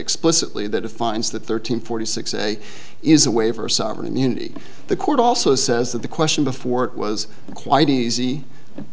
explicitly that defines that thirteen forty six a is a waiver of sovereign immunity the court also says that the question before it was quite easy